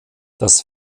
das